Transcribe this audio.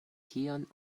kion